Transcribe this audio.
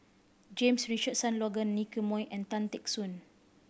James Richardson Logan Nicky Moey and Tan Teck Soon